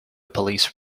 police